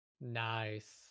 Nice